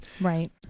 Right